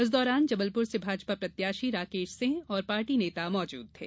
इस दौरान जबलपुर से भाजपा प्रत्याशी राकेश सिंह और पार्टी नेता मौजूद थे